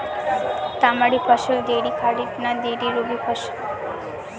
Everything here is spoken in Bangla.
তামারি ফসল দেরী খরিফ না দেরী রবি ফসল?